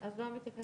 לאי ירוק